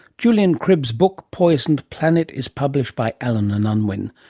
julian cribb's book poisoned planet is published by allen and unwin.